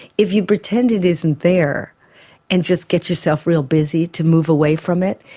if you pretend it isn't there and just get yourself real busy to move away from it,